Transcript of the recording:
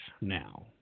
now